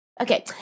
Okay